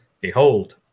behold